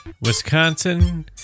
Wisconsin